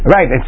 Right